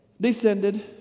Descended